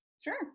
Sure